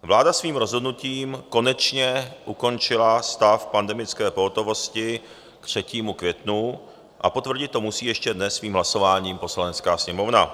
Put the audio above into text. Vláda svým rozhodnutím konečně ukončila stav pandemické pohotovosti k 3. květnu a potvrdit to musí ještě dnes svým hlasováním Poslanecká sněmovna.